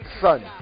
son